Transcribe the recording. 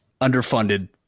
underfunded